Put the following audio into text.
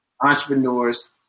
entrepreneurs